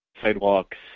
sidewalks